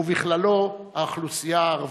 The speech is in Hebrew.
ובכללו האוכלוסייה הערבית.